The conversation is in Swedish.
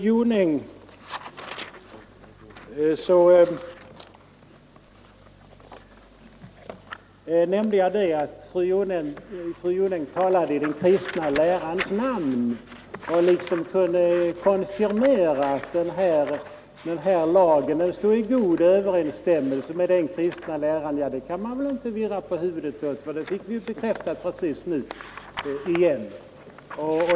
Jag sade att fru Jonäng talade i den kristna lärans namn och ansåg sig liksom kunna konfirmera att den här lagen stod i god överensstämmelse med den kristna läran. Att jag säger detta kan man väl inte ruska på huvudet åt, för det fick vi ju bekräftat precis nu igen.